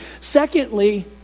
Secondly